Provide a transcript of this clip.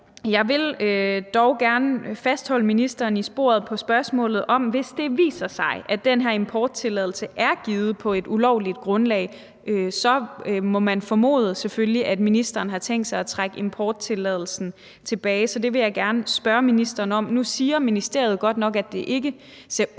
Jeg vil dog gerne fastholde ministeren i sporet på spørgsmålet om – hvis det viser sig, at den her importtilladelse er givet på ulovligt grundlag – hvorvidt, hvad man selvfølgelig må formode, ministeren har tænkt sig at trække importtilladelsen tilbage. Så det vil jeg gerne spørge ministeren om. Nu siger ministeriet godt nok, at det ikke ser ud til